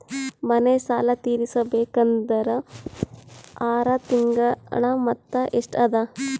ಮನೆ ಸಾಲ ತೀರಸಬೇಕಾದರ್ ಆರ ತಿಂಗಳ ಮೊತ್ತ ಎಷ್ಟ ಅದ?